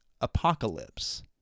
apocalypse